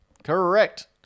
Correct